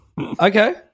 Okay